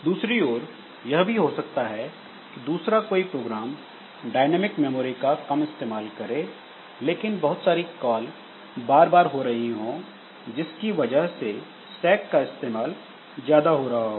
दूसरी ओर यह भी हो सकता है कि दूसरा कोई प्रोग्राम डायनेमिक मेमोरी का कम इस्तेमाल करें लेकिन बहुत सारी कॉल बार बार हो रही हों जिसकी वजह से स्टैक का इस्तेमाल ज्यादा हो रहा हो